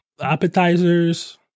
appetizers